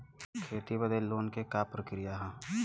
खेती बदे लोन के का प्रक्रिया ह?